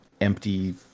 empty